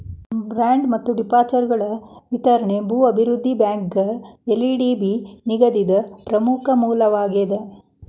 bond ಮತ್ತ ಡಿಬೆಂಚರ್ಗಳ ವಿತರಣಿ ಭೂ ಅಭಿವೃದ್ಧಿ ಬ್ಯಾಂಕ್ಗ ಎಲ್.ಡಿ.ಬಿ ನಿಧಿದು ಪ್ರಮುಖ ಮೂಲವಾಗೇದ